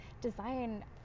design